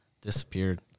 Disappeared